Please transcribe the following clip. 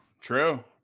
true